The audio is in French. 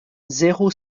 zéro